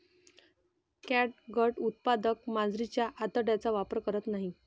catgut उत्पादक मांजरीच्या आतड्यांचा वापर करत नाहीत